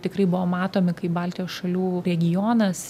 tikrai buvom matomi kaip baltijos šalių regionas